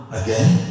again